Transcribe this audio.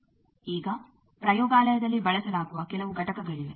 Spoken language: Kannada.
ಈಗ ಪ್ರಯೋಗಾಲಯದಲ್ಲಿ ಬಳಸಲಾಗುವ ಕೆಲವು ಘಟಕಗಳಿವೆ